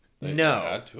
no